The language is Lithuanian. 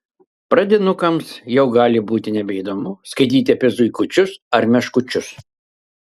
pradinukams jau gali būti nebeįdomu skaityti apie zuikučius ar meškučius